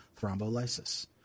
thrombolysis